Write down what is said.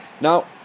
now